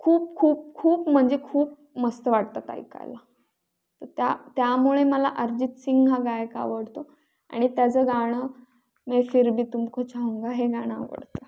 खूप खूप खूप म्हणजे खूप मस्त वाटतात ऐकायला तर त्या त्यामुळे मला अरिजित सिंग हा गायक आवडतो आणि त्याचं गाणं मै फिर भी तुमको चाहूंगा हे गाणं आवडतं